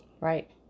Right